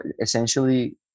essentially